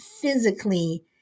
physically